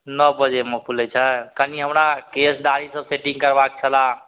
नौ बजेमे खुलै छै कनि हमरा केश दाढ़ी सब सेटिन्ग करबेबाक छलै